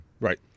Right